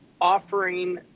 offering